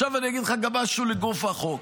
עכשיו אני אגיד לך גם משהו לגוף החוק.